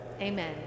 Amen